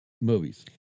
movies